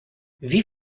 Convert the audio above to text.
wie